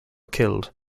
killed